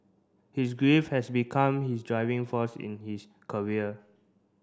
his grief has become his driving force in his career